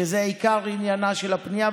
שזה עיקר עניינה של הפנייה,